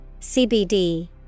CBD